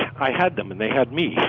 i had them and they had me.